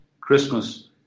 Christmas